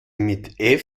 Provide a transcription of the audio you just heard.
mit